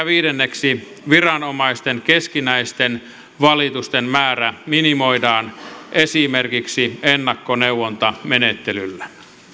viidenneksi viranomaisten keskinäisten valitusten määrä minimoidaan esimerkiksi ennakkoneuvontamenettelyllä